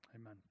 amen